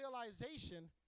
realization